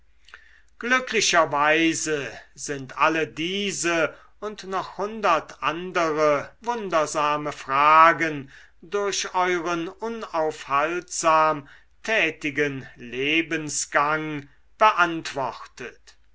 glücklicherweise sind alle diese und noch hundert andere wundersame fragen durch euren unaufhaltsam tätigen lebensgang beantwortet